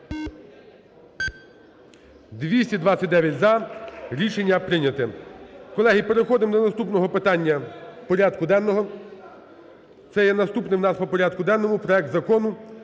За-229 Рішення прийняте. Колеги, переходимо до наступного питання порядку денного. Це є наступним у нас по порядку денному проект Закону